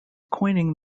coining